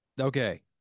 Okay